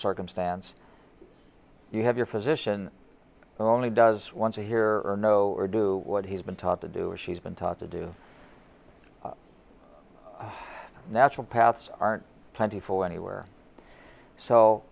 circumstance you have your physician not only does want to hear or know or do what he's been taught to do or she's been taught to do natural paths aren't plentiful anywhere so